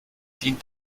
dient